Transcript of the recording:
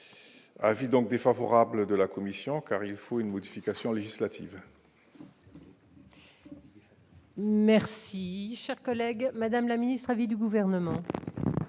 donc défavorable de la commission, car il faut une modification législative.